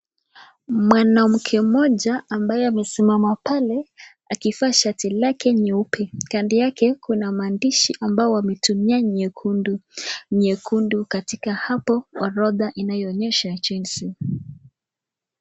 Mwanamke mmoja ambaye amesimama pale akivaa shati lake nyeupe, kando yake kuna maandishi ambayo wametumia nyekundu, nyekundu katika orodha wanayoonyesha jinsi.